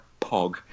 pog